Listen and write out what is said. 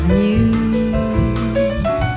news